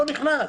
לא נכנס.